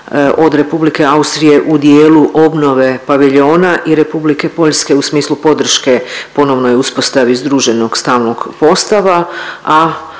od Republike Austrije u dijelu obnove paviljona i Republike Poljske u smislu podrške ponovnoj uspostavi združenog stalnog postava,